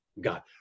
God